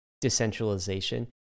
decentralization